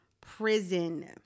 prison